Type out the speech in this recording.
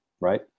right